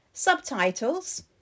Subtitles